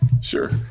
Sure